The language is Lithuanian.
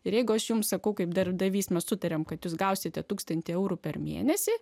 ir jeigu aš jums sakau kaip darbdavys mes sutarėme kad jūs gausite tūkstantį eurų per mėnesį